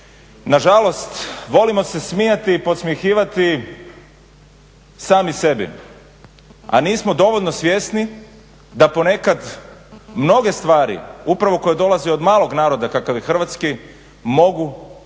nažalost, volimo se smijati i podsmjehivati sami sebi, a nismo dovoljno svjesni da ponekad mnoge stvari upravo koje dolaze od malog naroda kakav je hrvatski, mogu biti